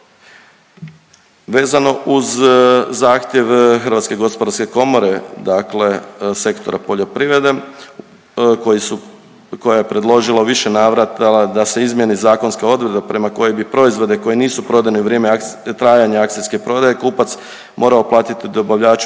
Vezano uz zahtjev HGK, dakle sektora poljoprivrede koji su, koje je predložilo u više navrata da se izmjeni zakonska odredba prema kojoj bi proizvode koji nisu prodani u vrijeme trajanja akcijske prodaje, kupac morao platiti dobavljaču